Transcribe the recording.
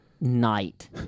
night